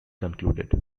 concluded